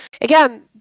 again